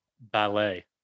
ballet